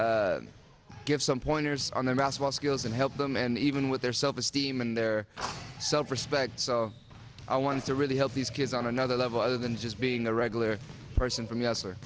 give some pointers on them as well skills and help them and even with their self esteem and their self respect so i wanted to really help these kids on another level other than just being a regular person from y